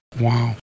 Wow